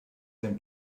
them